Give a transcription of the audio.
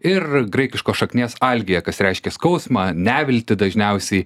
ir graikiškos šaknies algėje kas reiškia skausmą neviltį dažniausiai